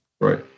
Right